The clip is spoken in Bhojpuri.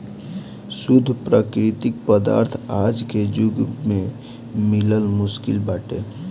शुद्ध प्राकृतिक पदार्थ आज के जुग में मिलल मुश्किल बाटे